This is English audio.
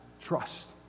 trust